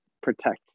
protect